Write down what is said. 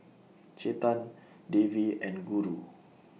Chetan Devi and Guru